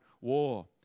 war